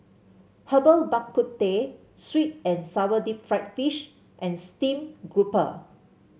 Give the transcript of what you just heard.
Herbal Bak Ku Teh sweet and sour Deep Fried Fish and stream grouper